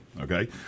okay